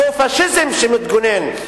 זה פאשיזם שמתגונן.